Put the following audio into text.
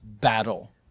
battle